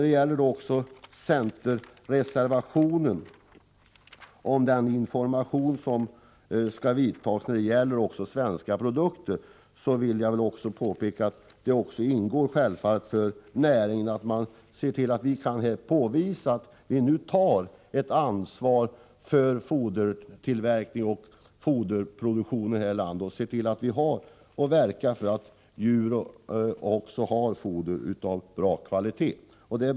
Beträffande centerreservationen om den information som skall ges när det gäller svenska produkter vill jag påpeka att näringen måste visa att den tar ansvar för fodertillverkningen och foderproduktionen här i landet och att den verkar för att djuren får foder av bra kvalitet. Herr talman!